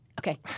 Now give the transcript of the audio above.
Okay